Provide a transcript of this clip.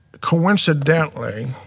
coincidentally